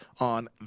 on